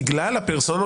בבקשה.